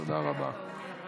תודה רבה.